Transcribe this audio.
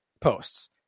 posts